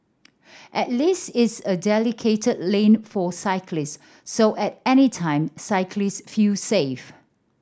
at least it's a dedicated lane for cyclist so at any time cyclist feel safe